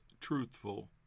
truthful